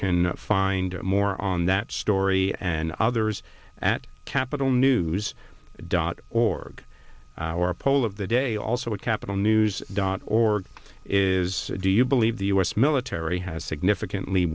can find out more on that story and others at capital news dot org our poll of the day also a capital news dot org is do you believe the u s military has significantly